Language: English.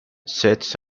sets